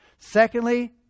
Secondly